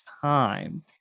time